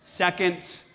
second